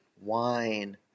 wine